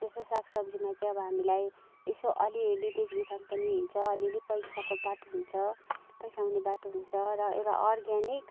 यसो साग सब्जीमा चाहिँ अब हामीलाई यसो अलिअलि बेच बिखन पनि हुन्छ अलि अलि पैसाको बाटो हुन्छ पैसा आउने बाटो हुन्छ र एउटा अर्ग्यानिक